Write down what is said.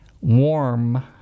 warm